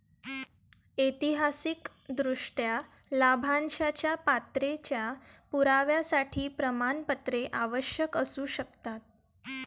ऐतिहासिकदृष्ट्या, लाभांशाच्या पात्रतेच्या पुराव्यासाठी प्रमाणपत्रे आवश्यक असू शकतात